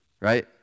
right